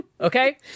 Okay